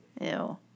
Ew